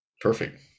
Perfect